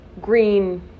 green